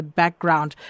background